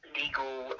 legal